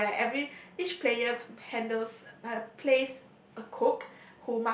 where every each player handles uh plays a code